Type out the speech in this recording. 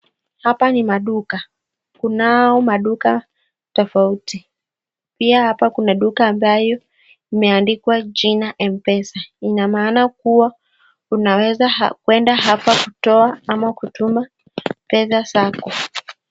Hapa ni maduka . Kunao maduka tofauti . Pia hapa kuna duka ambayo imeandikwa jina Mpesa , inamaana kuwa unaweza kwenda hapa kutoka ama hutuma pesa zako .